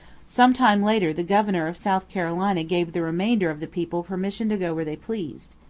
some time later the governor of south carolina gave the remainder of the people permission to go where they pleased.